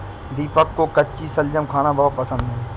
दीपक को कच्ची शलजम खाना बहुत पसंद है